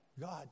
God